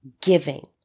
giving